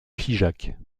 figeac